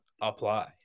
apply